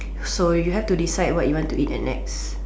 so you have to decide what you want to eat At Nex